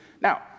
Now